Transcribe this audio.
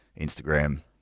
Instagram